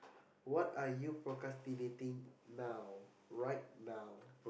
what are you procrastinating now right now